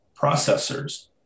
processors